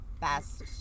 best